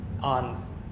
on